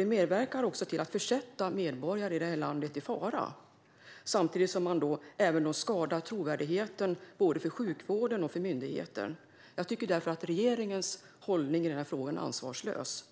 Det medverkar också till att försätta medborgare i detta land i fara, samtidigt som trovärdigheten både för sjukvården och myndigheterna skadas. Därför tycker jag att regeringens hållning i denna fråga är ansvarslös.